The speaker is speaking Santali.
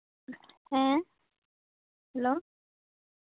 ᱦᱮᱸ ᱦᱮᱞᱳ